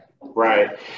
right